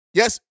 yes